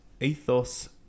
Ethos